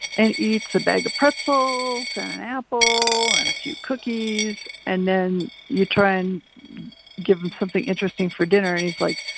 and he eats a bag of pretzels and an apple and a few cookies and then you try and give him something interesting for dinner and he's like,